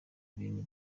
ibintu